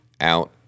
out